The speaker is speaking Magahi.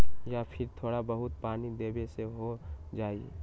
या फिर थोड़ा बहुत पानी देबे से हो जाइ?